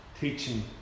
teaching